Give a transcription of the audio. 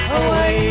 away